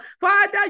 Father